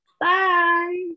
Bye